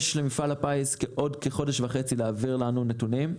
למפעל הפיס יש עוד כחודש וחצי להעביר לנו נתונים.